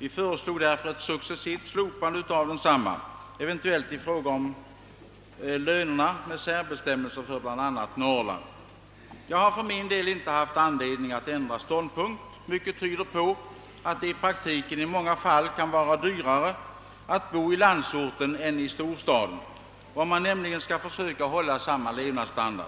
Vi föreslog därför ett successivt slopande av densamma — eventuellt med särbestämmelser för bl.a. Norrland i fråga om lönerna. Jag har för min del inte haft anledning att ändra ståndpunkt. Mycket tyder på att det i praktiken i många fall kan vara dyrare att bo i landsorten än i storstaden, om man nämligen skall försöka hålla samma levnadsstandard.